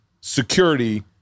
security